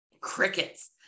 crickets